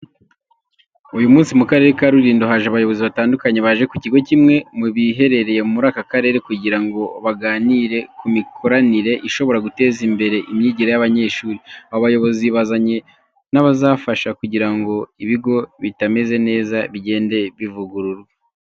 Uyu munsi mu karere ka Rulindo haje abayobozi batandukanye baje ku kigo kimwe mu biherereye muri aka karere, kugira ngo baganire ku mikoranire ishobora guteza imbere imyigire y'abanyeshuri. Abo bayobozi bazanye n'abazafasha kugira ngo ibigo bitameze neza bigende bivugururwa.